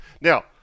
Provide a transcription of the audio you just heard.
Now